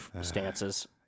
stances